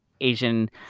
Asian